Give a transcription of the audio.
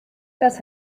das